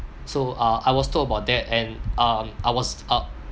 so uh I was told about that and um I was up